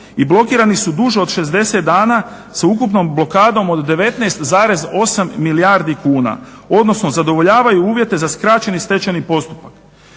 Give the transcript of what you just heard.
i blokirani su duže od 60 dana, sveukupnom blokadom od 19,8 milijardi kuna. Odnosno, zadovoljavaju uvjete za skraćeni stečajni postupak.